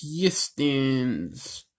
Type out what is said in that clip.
Pistons